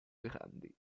grandi